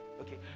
Okay